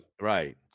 Right